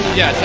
yes